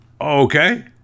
okay